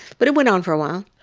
but it went on for a while.